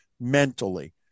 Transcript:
mentally